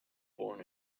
born